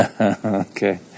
Okay